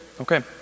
okay